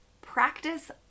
practice